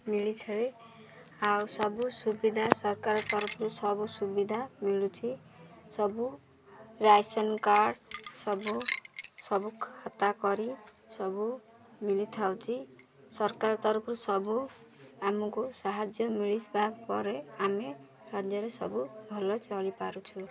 ମିଳିଛି ଆଉ ସବୁ ସୁବିଧା ସରକାର ତରଫରୁ ସବୁ ସୁବିଧା ମିଳୁଛି ସବୁ ରାସନ୍ କାର୍ଡ଼ ସବୁ ସବୁ ଖାତା କରି ସବୁ ମିଳିଥାଉଛି ସରକାର ତରଫରୁ ସବୁ ଆମକୁ ସାହାଯ୍ୟ ମିଳିବା ପରେ ଆମେ ରାଜ୍ୟରେ ସବୁ ଭଲ ଚଳିପାରୁଛୁ